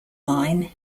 mine